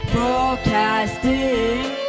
Broadcasting